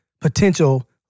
potential